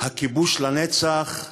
הכיבוש לנצח?